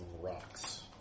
rocks